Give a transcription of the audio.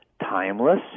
timeless